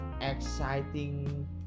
exciting